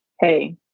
Hey